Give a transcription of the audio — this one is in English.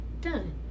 done